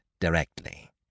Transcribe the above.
directly